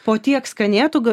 po tiek skanėtų g